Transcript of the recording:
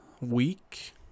week